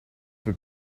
peu